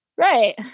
Right